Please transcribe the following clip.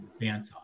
bandsaw